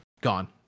gone